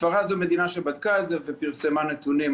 פשוט ספרד היא מדינה שבדקה את זה ופרסמה נתונים.